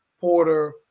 Porter